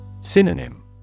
Synonym